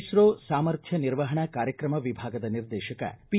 ಇಸ್ತೋ ಸಾಮರ್ಥ್ಯ ನಿರ್ವಹಣಾ ಕಾರ್ಯಕ್ರಮ ವಿಭಾಗದ ನಿರ್ದೇಶಕ ಪಿ